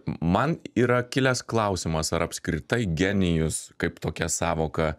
man yra kilęs klausimas ar apskritai genijus kaip tokia sąvoka